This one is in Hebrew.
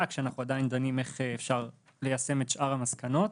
שאנחנו עדיין דנים איך אפשר ליישם את שאר המסקנות,